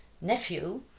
nephew